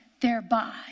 thereby